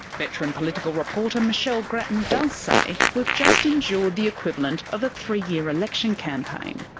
veteran political reporter michelle grattan does say we've just endured the equivalent of a three-year election campaign.